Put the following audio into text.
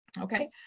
okay